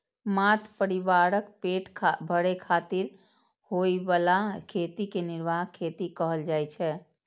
मात्र परिवारक पेट भरै खातिर होइ बला खेती कें निर्वाह खेती कहल जाइ छै